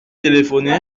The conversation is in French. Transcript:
téléphoné